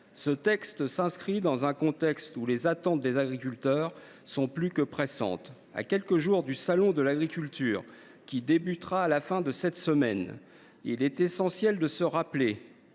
Ce texte s’inscrit dans un contexte où les attentes des agriculteurs sont plus que pressantes, à quelques jours du salon de l’agriculture, qui débutera à la fin de cette semaine. Il est essentiel de se rappeler